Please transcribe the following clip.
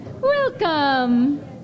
Welcome